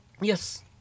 Yes